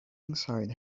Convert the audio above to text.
inside